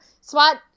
Swat